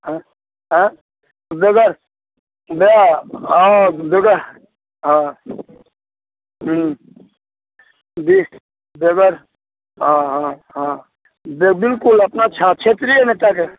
आयँ आयँ बेगर नहि हँ हँ हूँ ठीक बेगर हँ हँ हँ बिल्कुल अपना क्षेत्रीय नेताके